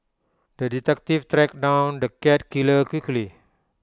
the detective tracked down the cat killer quickly